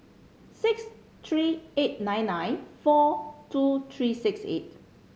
six three eight nine nine four two three six eight